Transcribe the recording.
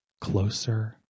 closer